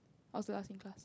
I was the last in class